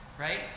right